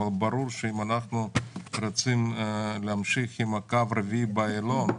אבל ברור שאם אנחנו רוצים להמשיך עם הקו הרביעי באיילון,